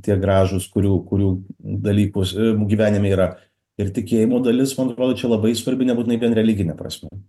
tie gražūs kurių kurių dalykus gyvenime yra ir tikėjimo dalis man atrodo čia labai svarbi nebūtinai vien religine prasme